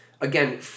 Again